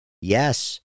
Yes